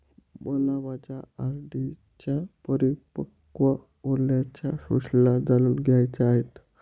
मला माझ्या आर.डी च्या परिपक्व होण्याच्या सूचना जाणून घ्यायच्या आहेत